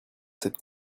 cette